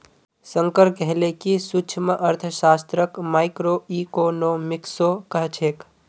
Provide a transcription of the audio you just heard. शंकर कहले कि सूक्ष्मअर्थशास्त्रक माइक्रोइकॉनॉमिक्सो कह छेक